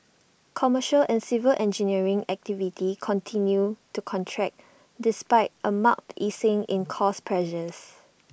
commercial and civil engineering activity continued to contract despite A marked easing in cost pressures